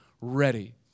ready